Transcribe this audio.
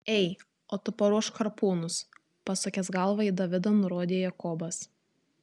ei o tu paruošk harpūnus pasukęs galvą į davidą nurodė jakobas